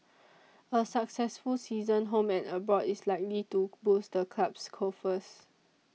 a successful season home and abroad is likely to boost the club's coffers